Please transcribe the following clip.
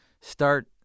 start